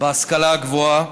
בהשכלה הגבוהה.